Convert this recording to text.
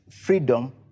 freedom